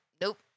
nope